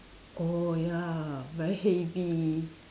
oh ya very heavy